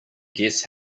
guess